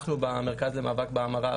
אז ככה שאנחנו במרכז למאבק בהמרה,